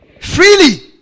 freely